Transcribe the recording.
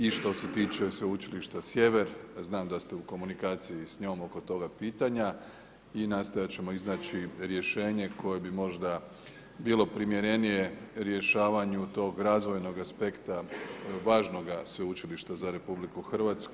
I što se tiče Sveučilišta Sjever, a znam da ste u komunikaciji s njom oko toga pitanja i nastojat ćemo iznaći rješenje koje bi možda bilo primjerenije rješavanju tog razvojnog aspekta, važnoga sveučilišta za RH.